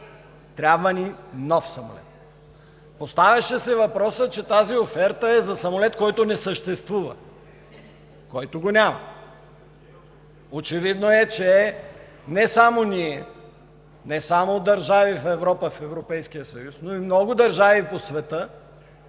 трябва ни нов самолет. Поставяше се въпросът, че тази оферта е за самолет, който не съществува. Очевидно е, че не само ние, не само държави в Европа, в Европейския съюз, но и много държави по света